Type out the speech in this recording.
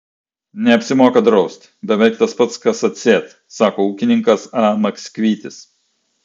neapsimoka draust beveik tas pats kaip atsėt sako ūkininkas a maksvytis